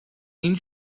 این